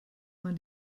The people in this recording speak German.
man